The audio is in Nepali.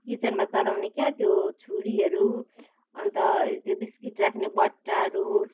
किचनमा चलाउने क्या त्यो छुरीहरू अन्त त्यो बिस्कुट राख्ने बट्टाहरू